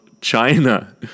China